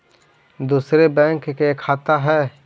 दुसरे बैंक के खाता हैं?